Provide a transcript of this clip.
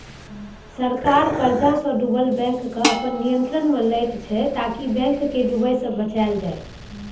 सरकार कर्जसँ डुबल बैंककेँ अपन नियंत्रणमे लैत छै ताकि बैंक केँ डुबय सँ बचाएल जाइ